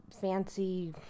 Fancy